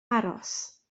aros